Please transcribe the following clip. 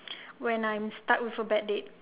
when I'm stuck with a bad date